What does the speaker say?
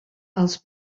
als